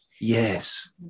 Yes